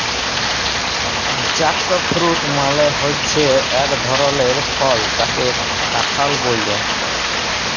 jackfruit মালে হচ্যে এক ধরলের ফল যাকে কাঁঠাল ব্যলে